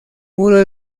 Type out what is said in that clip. muro